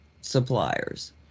suppliers